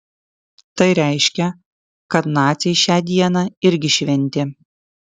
tai reiškia kad naciai šią dieną irgi šventė